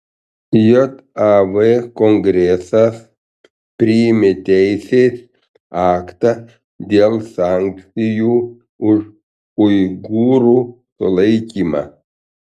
jav kongresas priėmė teisės aktą dėl sankcijų už uigūrų sulaikymą